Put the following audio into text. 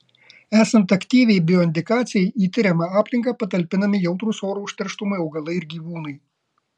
esant aktyviai bioindikacijai į tiriama aplinką patalpinami jautrūs oro užterštumui augalai ir gyvūnai